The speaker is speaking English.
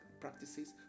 practices